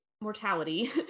Mortality